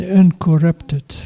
uncorrupted